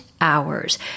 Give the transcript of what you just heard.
Hours